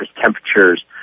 temperatures